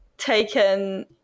Taken